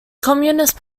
communist